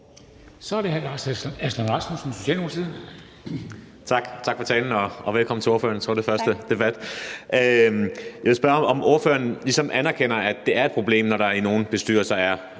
Kl. 13:30 Lars Aslan Rasmussen (S): Tak. Og tak for talen, og velkommen til ordføreren; jeg tror, det er den første debat. Jeg vil spørge, om ordføreren ligesom anerkender, at det er et problem, når der i nogle bestyrelser er